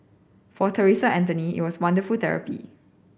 for Theresa Anthony it was wonderful therapy